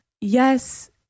Yes